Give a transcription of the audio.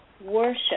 worship